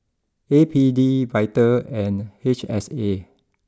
A P D Vital and H S A